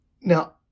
Now